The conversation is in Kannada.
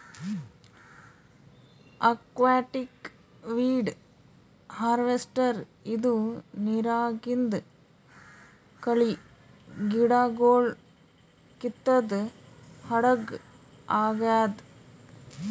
ಅಕ್ವಾಟಿಕ್ ವೀಡ್ ಹಾರ್ವೆಸ್ಟರ್ ಇದು ನಿರಾಗಿಂದ್ ಕಳಿ ಗಿಡಗೊಳ್ ಕಿತ್ತದ್ ಹಡಗ್ ಆಗ್ಯಾದ್